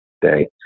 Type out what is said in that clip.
day